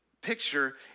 picture